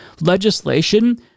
legislation